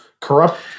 Corrupt